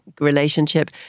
relationship